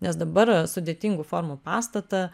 nes dabar sudėtingų formų pastatą